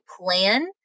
plan